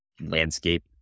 landscape